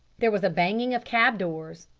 there was a banging of cab doors,